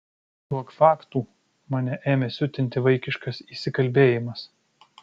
duok faktų mane ėmė siutinti vaikiškas įsikalbėjimas